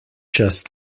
just